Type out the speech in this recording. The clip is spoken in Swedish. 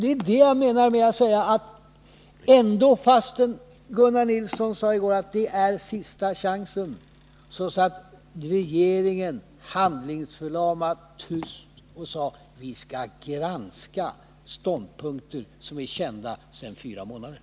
Det är det jag syftar på när jag pekar på att Gunnar Nilsson i går sade att regeringen nu har en sista chans men att regeringen ändå satt handlingsförlamad och tyst. Den sade bara att den skall granska de sedan fyra månader tillbaka kända ståndpunkterna.